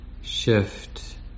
shift